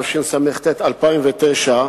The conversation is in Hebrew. התשס"ט 2009,